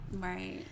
right